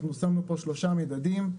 אנחנו שמנו פה שלושה מדדים.